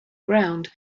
ground